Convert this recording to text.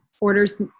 orders